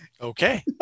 okay